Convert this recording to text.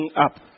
up